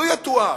לו יתואר,